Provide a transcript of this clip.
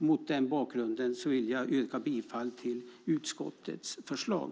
Mot den bakgrunden vill jag yrka bifall till utskottets förslag.